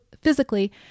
physically